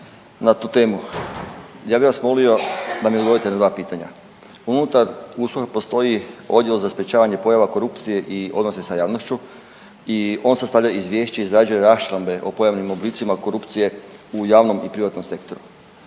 na tu temu. Ja bi vas molio da mi odgovorite na 2 pitanja. Unutar USKOK-a postoji Odjel za sprječavanje pojava korupcije i odnosa sa javnošću i on sastavlja Izvješće, izrađuje raščlambe o pojavnim oblicima korupcije u javnom i privatnom sektoru.